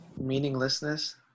Meaninglessness